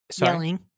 Yelling